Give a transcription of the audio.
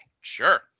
Sure